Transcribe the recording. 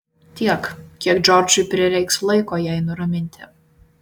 tiek kiek džordžui prireiks laiko jai nuraminti